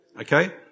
okay